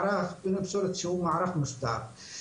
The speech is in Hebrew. מערך פינוי פסולת שהוא מערך מסודר,